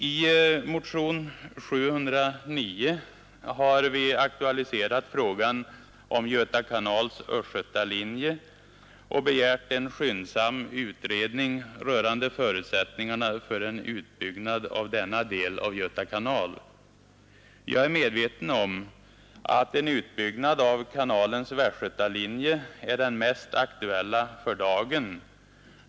I motionen 709 har vi aktualiserat frågan om Göta kanals östgötalinje och begärt en skyndsam utredning rörande förutsättningarna för en utbyggnad av denna del av Göta kanal. Jag är medveten om att en utbyggnad av kanalens västgötalinje är den mest aktuella för dagen.